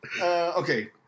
Okay